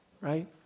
Right